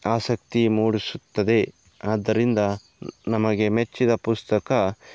ಆಸಕ್ತಿ ಮೂಡಿಸುತ್ತದೆ ಆದ್ದರಿಂದ ನಮಗೆ ಮೆಚ್ಚಿದ ಪುಸ್ತಕ